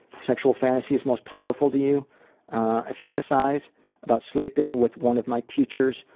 sexual fantasies most powerful to you i fantasise about sleeping with one of my teachers,